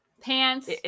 Pants